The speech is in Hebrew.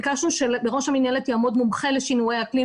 ביקשנו שבראש המינהלת יעמוד מומחה לשינויי אקלים.